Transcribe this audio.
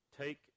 Take